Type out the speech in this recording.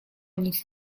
nic